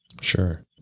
Sure